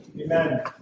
Amen